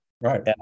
Right